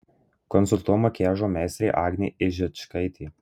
konsultuoja makiažo meistrė agnė ižičkaitė